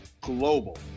Global